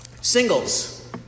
singles